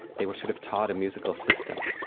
they were sort of taught a musical system.